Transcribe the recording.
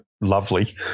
lovely